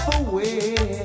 away